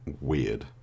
weird